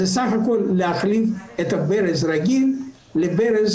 זה בסך הכול להחליף ברז רגיל לברז